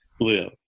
live